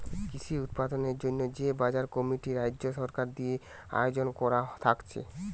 কৃষি উৎপাদনের জন্যে যে বাজার কমিটি রাজ্য সরকার দিয়ে আয়জন কোরা থাকছে